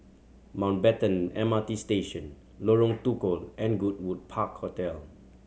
Mountbatten M R T Station Lorong Tukol and Goodwood Park Hotel